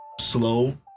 slow